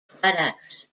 products